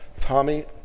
Tommy